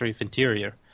Interior